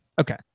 Okay